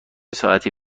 ساعتی